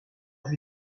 vue